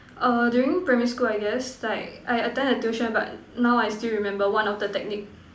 err during primary school I guess like I attend a tuition but now I still remember one of the technique